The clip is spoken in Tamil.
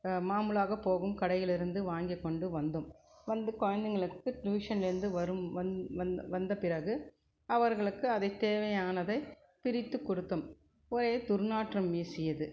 மாமூலாக போகும் கடையிலிருந்து வாங்கிக்கொண்டு வந்தோம் வந்து குழந்தைகளுக்கு டியூஷனில் இருந்து வரும் வந்த பிறகு அவர்களுக்கு அதை தேவையானதை பிரித்து கொடுத்தோம் ஒரே துர்நாற்றம் வீசியது